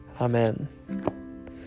Amen